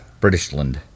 Britishland